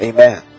Amen